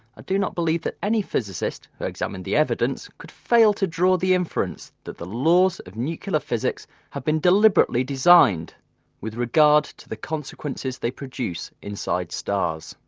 do not believe that any physicist who examined the evidence could fail to draw the inference that the laws of nuclear physics have been deliberately designed with regard to the consequences they produce inside stars.